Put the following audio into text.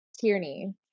Tierney